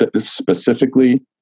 specifically